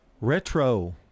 Retro